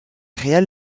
réal